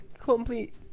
complete